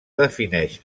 defineix